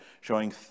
showing